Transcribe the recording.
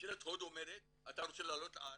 ממשלת הודו אומרת, אתה רוצה לעלות לארץ?